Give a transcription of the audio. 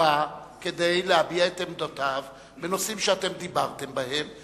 נקרא כדי להביע את עמדותיו בנושאים שאתם דיברתם בהם,